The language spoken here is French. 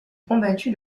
combattu